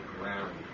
ground